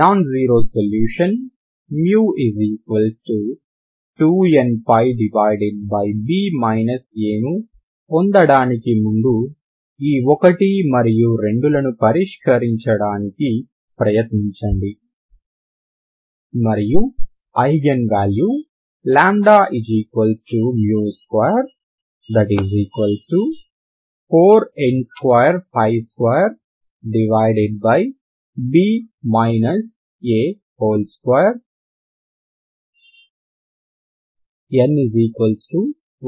non zero solution μ2nπb a ని పొందడానికి ముందు ఈ 1 మరియు 2 లను పరిష్కరించడానికి ప్రయత్నించండి మరియు ఐగెన్ వాల్యూλ24n222 n1234